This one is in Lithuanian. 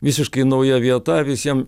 visiškai nauja vieta visiem